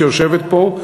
שיושבת פה,